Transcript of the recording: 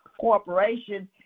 Corporation